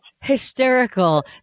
hysterical